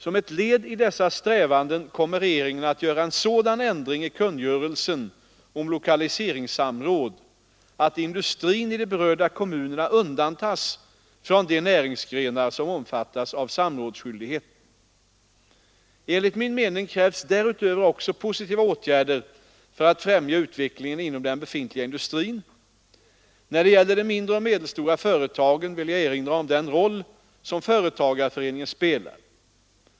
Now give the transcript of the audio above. Som ett led i dessa strävanden kommer regeringen att göra en sådan ändring i kungörelsen om lokaliseringssamråd att industrin i de berörda kommunerna undantas från de näringsgrenar som omfattas av samrådsskyldighet. Enligt min mening krävs därutöver också positiva åtgärder för att främja utvecklingen inom den befintliga industrin. När det gäller de mindre och medelstora företagen vill jag erinra om den roll som företagarföreningen spelar.